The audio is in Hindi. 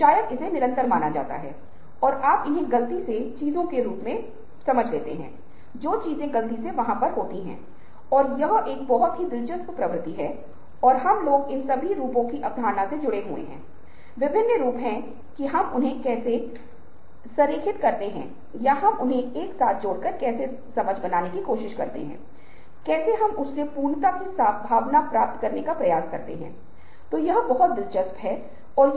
वे विभिन्न तरीकों के बारे में सोच सकते हैं कि अखबार को बच्चे द्वारा कैसे इस्तेमाल किया जा सकता है बच्चा अखबार का उपयोग बाहर पतंग बनाने के लिए कर सकता है